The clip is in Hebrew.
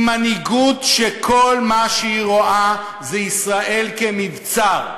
עם מנהיגות שכל מה שהיא רואה זה ישראל כמבצר,